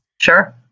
Sure